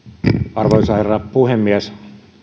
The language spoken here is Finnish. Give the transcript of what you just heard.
arvoisa herra puhemies